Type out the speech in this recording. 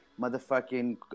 motherfucking